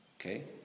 Okay